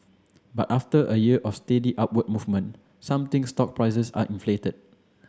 but after a year of steady upward movement some think stocks prices are inflated